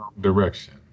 direction